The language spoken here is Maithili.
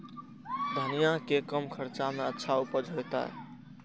धनिया के कम खर्चा में अच्छा उपज होते?